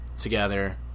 together